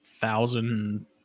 thousand